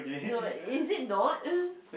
no is it not